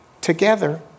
together